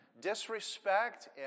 disrespect